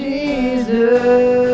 Jesus